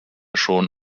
schon